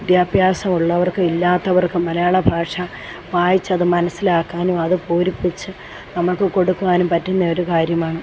വിദ്യാഭ്യാസമുള്ളവർക്കും ഇല്ലാത്തവർക്കും മലയാളഭാഷ വായിച്ചത് മനസ്സിലാക്കാനും അത് പൂരിപ്പിച്ച് നമുക്ക് കൊടുക്കാനും പറ്റുന്നൊരു കാര്യമാണ്